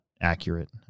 accurate